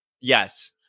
Yes